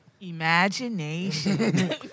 Imagination